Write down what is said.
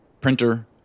printer